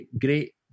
great